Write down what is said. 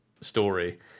story